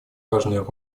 важную